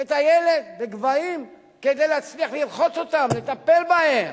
את הילד לגבהים, כדי להצליח לרחוץ אותו, לטפל בו.